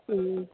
हुँ